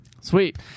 Sweet